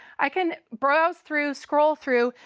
i can browse through, scroll through,